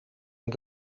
een